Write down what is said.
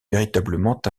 véritablement